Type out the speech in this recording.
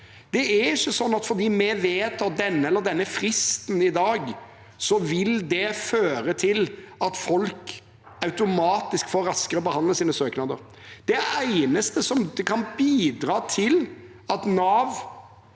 Det er ikke sånn at fordi vi vedtar den eller den fristen i dag, vil det føre til at folk automatisk får behandlet sine søknader raskere. Det eneste som kan bidra til at